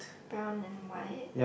brown and white